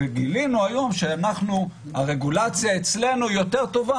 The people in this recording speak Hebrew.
גילנו היום שהרגולציה אצלנו יותר טובה